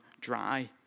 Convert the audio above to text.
dry